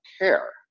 care